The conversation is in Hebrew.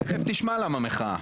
תכף תשמע למה מחאה.